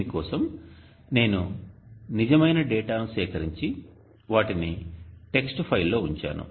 దీని కోసం నేను నిజమైన డేటాను సేకరించి వాటిని టెక్స్ట్ ఫైల్లో ఉంచాను